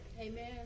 Amen